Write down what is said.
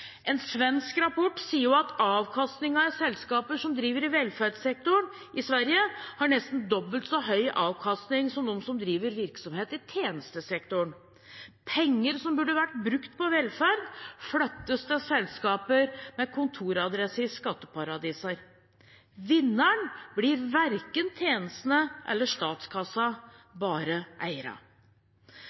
En svensk rapport sier at avkastningen i selskaper som driver i velferdssektoren i Sverige, er nesten dobbelt så høy som hos dem som driver virksomhet i tjenestesektoren. Penger som burde vært brukt på velferd, flyttes til selskaper med kontoradresse i skatteparadis. Vinneren blir verken tjenestene eller statskassen – bare